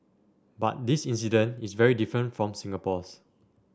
but this incident is very different from Singapore's